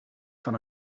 van